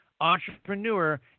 Entrepreneur